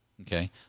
okay